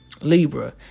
Libra